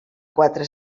quatre